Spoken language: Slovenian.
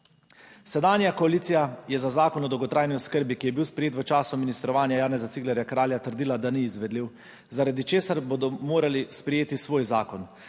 Sedanja koalicija je za zakon o dolgotrajni oskrbi, ki je bil sprejet v času ministrovanja Janeza Ciglerja Kralja, trdila, da ni izvedljiv, zaradi česar bodo morali sprejeti svoj zakon.